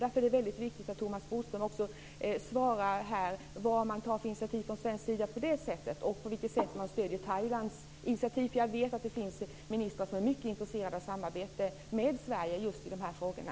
Därför är det viktigt att Thomas Bodström svarar på frågan om vilka initiativ man tar från svensk sida på detta sätt. Och på vilket sätt stöder man Thailands initiativ? Jag vet att det finns ministrar som är mycket intresserade av samarbete med Sverige just i de här frågorna.